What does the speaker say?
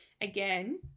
again